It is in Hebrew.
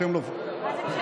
אתם לובשים, מה זה משנה?